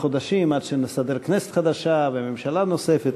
חודשים עד שנסדר כנסת חדשה וממשלה נוספת,